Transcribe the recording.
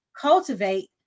Cultivate